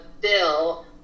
bill